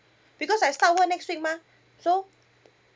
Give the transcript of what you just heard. because I start work next week mah so